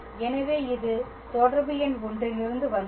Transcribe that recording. எனவே இது தொடர்பு எண் 1 இலிருந்து வந்தது